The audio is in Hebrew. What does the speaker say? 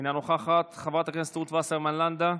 אינה נוכחת, חברת הכנסת רות וסרמן לנדה,